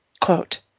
Quote